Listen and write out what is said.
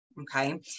okay